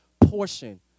portion